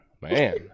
Man